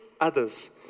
others